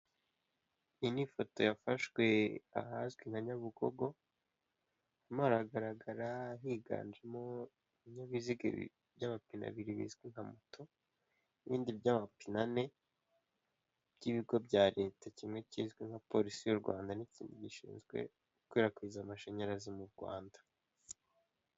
Iyi ni ifoto yafashwe ahazwi nka Nyabugogo harimo haragaragaramo, higanjemo ibinyabiziga by'amapine abiri bizwi nka moto n'ibindi by'amapine ane by'ibigo bya leta kimwe kizwi nka polisi y'u Rwanda n'ikindi gishinzwe gukwirakwiza amashanyarazi mu Rwanda.